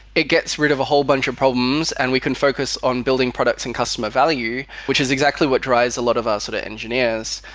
it gets rid of a whole bunch of problems and we can focus on building products and customer value, which is exactly what drives a lot of us of sort of engineers.